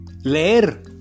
leer